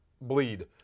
bleed